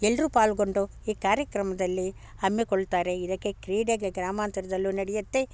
ಎಲ್ಲರೂ ಪಾಲುಗೊಂಡು ಈ ಕಾರ್ಯಕ್ರಮದಲ್ಲಿ ಹಮ್ಮಿಕೊಳ್ತಾರೆ ಇದಕ್ಕೆ ಕ್ರೀಡೆಗೆ ಗ್ರಾಮಾಂತರದಲ್ಲೂ ನಡೆಯುತ್ತೆ